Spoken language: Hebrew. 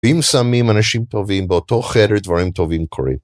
אם שמים אנשים טובים באותו חדר דברים טובים קורים.